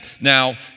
Now